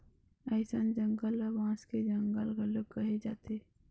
अइसन जंगल ल बांस के जंगल घलोक कहे जाथे